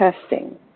testing